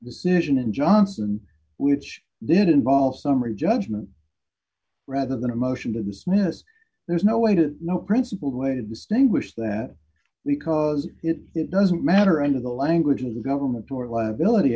decision in johnson which did involve summary judgment rather than a motion to dismiss there's no way to know principled way to distinguish that because it doesn't matter under the language of the government tort liability